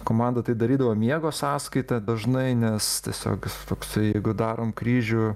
komanda tai darydavo miego sąskaita dažnai nes tiesiog is toksai jeigu darom kryžių